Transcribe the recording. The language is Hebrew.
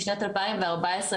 בשנת 2014,